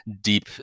deep